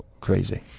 crazy